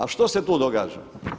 A što se tu događa?